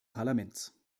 parlaments